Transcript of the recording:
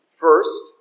First